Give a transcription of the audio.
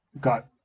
got